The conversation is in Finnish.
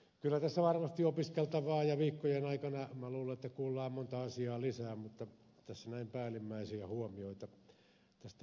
kyllä tässä varmasti on opiskeltavaa ja viikkojen aikana minä luulen että kuullaan monta asiaa lisää mutta tässä näin päällimmäisiä huomioita tästä alkukeskustelusta